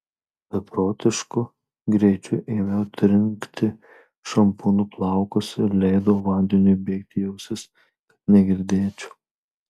beprotišku greičiu ėmiau trinkti šampūnu plaukus ir leidau vandeniui bėgti į ausis kad negirdėčiau